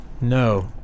No